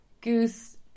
Goose